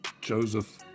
Joseph